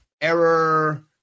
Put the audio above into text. Error